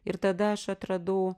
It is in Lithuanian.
ir tada aš atradau